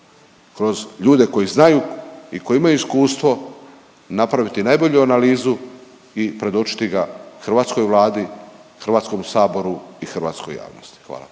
kroz ljude koji znaju i koji imaju iskustvo napraviti najbolji analizu i predočiti ga hrvatskoj Vladi, HS-u i hrvatskoj javnosti. Hvala.